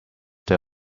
they